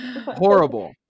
Horrible